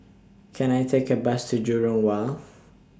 Can I Take A Bus to Jurong Wharf